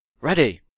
Ready